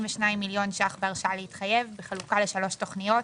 מיליון ₪ בהרשאה להתחייב בחלוקה לשלוש תכניות,